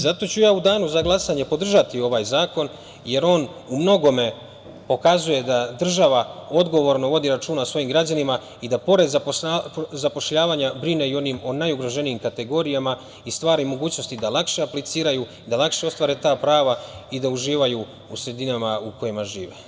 Zato ću ja u Danu za glasanje podržati ovaj zakon, jer on u mnogome pokazuje da država odgovorno vodi računa o svojim građanima i da pored zapošljavanja brine i o onim najugroženijim kategorijama i stvaraju mogućnosti da lakše apliciraju, da lakše ostvare ta prava i da uživaju u sredinama u kojima žive.